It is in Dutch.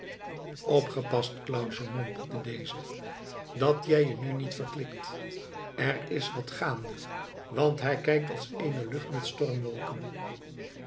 opgepast clausje mompelde deze dat jij je nu niet verklikt er is wat gaande want hij kijkt als eene lucht met